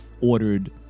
ordered